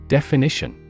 Definition